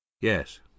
Yes